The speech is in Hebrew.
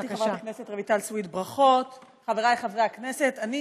חבר הכנסת רוזנטל וחבר הכנסת אמסלם,